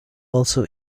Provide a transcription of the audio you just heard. also